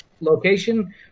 location